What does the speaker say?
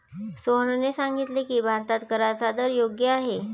सोहनने सांगितले की, भारतात कराचा दर योग्य आहे